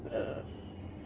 uh